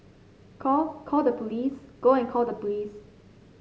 call call the police go and call the police